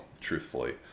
truthfully